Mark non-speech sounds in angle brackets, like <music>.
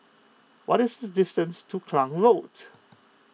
what is <noise> distance to Klang Road